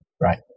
Right